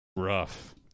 rough